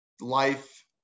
life